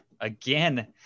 again